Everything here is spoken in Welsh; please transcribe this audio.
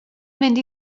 mynd